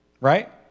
right